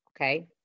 okay